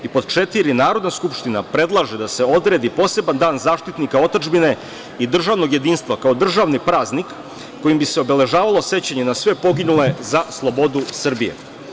Pod četiri, Narodna skupština predlaže da se odredi poseban dan zaštitnika otadžbine i državnog jedinstva, kao državni praznik, kojim bi se obeležavalo sećanje na sve poginule za slobodu Srbije.